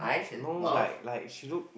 no like like she look